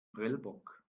prellbock